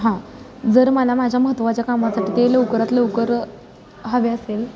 हां जर मला माझ्या महत्वाच्या कामासाठी ते लवकरात लवकर हवे असेल